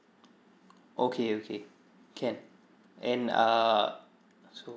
okay okay can and ah so